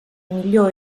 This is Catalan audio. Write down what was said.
millor